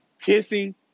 kissing